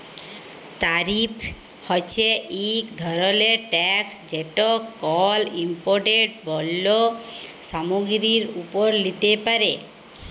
তারিফ হছে ইক ধরলের ট্যাকস যেট কল ইমপোর্টেড পল্য সামগ্গিরির উপর লিতে পারে